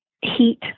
Heat